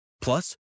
Plus